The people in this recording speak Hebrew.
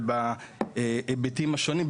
ובהיבטים השונים.